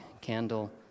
candle